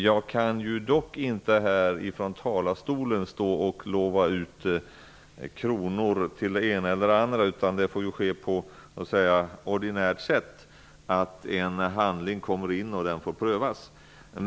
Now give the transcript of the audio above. Jag kan dock inte här i talarstolen stå och lova ut pengar till den ena eller andra organisationen, utan detta får ske på ordinärt sätt genom att en handling lämnas in och prövas.